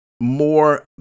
more